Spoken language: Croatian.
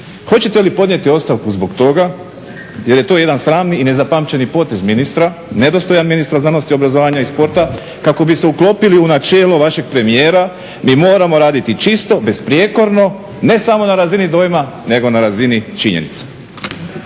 Hoćete li podnijeti ostavku zbog toga jer je to jedan sramni i nezapamćeni potez ministra, nedostojan ministra znanosti, obrazovanja i sporta kako bi se uklopili u načelo vašeg premijera mi moramo raditi čisto, besprijekorno ne samo na razini dojma, nego na razini činjenica.